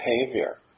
behavior